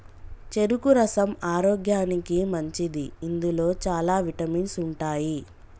చెరుకు రసం ఆరోగ్యానికి మంచిది ఇందులో చాల విటమిన్స్ ఉంటాయి